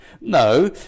No